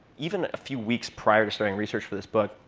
even a few weeks prior to starting research for this book,